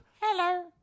Hello